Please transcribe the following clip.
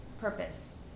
purpose